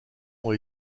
ont